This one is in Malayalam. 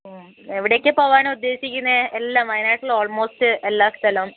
എവിടേക്കു പോവാനാ ഉദ്ദേശിക്കുന്നത് എല്ലാം വയനാട്ടിൽ ഓൾമോസ്റ്റ് എല്ലാ സ്ഥലവും